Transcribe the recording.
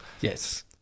Yes